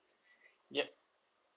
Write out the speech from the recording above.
yup